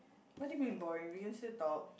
what do you mean boring we used to talk